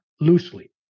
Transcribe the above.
loosely